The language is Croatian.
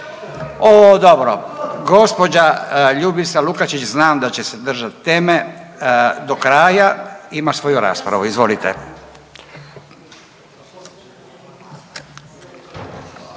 O dobro, gospođa Ljubica Lukačić znam da će se držati teme do kraja, ima svoju raspravu. Izvolite.